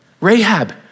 Rahab